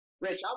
Rich